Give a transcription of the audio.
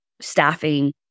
staffing